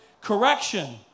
Correction